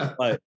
right